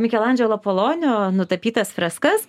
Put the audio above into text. mikelandželo polonio nutapytas freskas